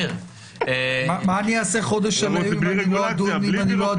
מה אני אעשה חודש שלם אם אני לא אדון ברגולציה?